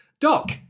Doc